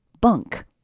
bunk